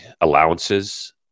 allowances